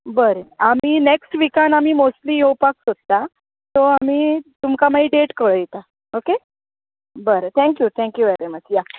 बरें आमी नेक्सट विकान आमी मोस्टली येवपाक सोदतात सो आमी तुमकां मागीर डेट कळयता ओके बरें थँक्यू थँक्यू वेरी मच या